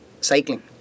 cycling